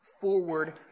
forward